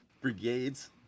Brigades